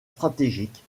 stratégique